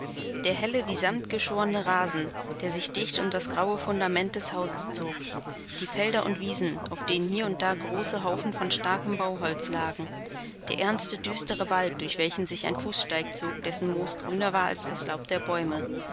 der helle wie samt geschorne rasen der sich dicht um das graue fundament des hauses zog die felder und wiesen auf denen hier und da große haufen von starkem bauholz lagen der ernste düstere wald durch welchen sich ein fußsteig zog dessen moos grüner war als das laub der bäume